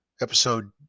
episode